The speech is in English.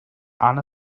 anna